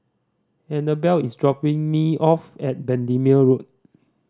Anabel is dropping me off at Bendemeer Road